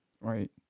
Right